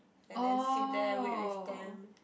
and then sit there wait with them